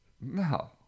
No